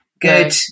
good